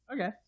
okay